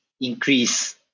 increase